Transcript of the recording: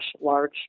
large